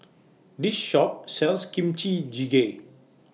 This Shop sells Kimchi Jjigae